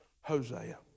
Hosea